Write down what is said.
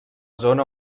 zona